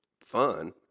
fun